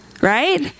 right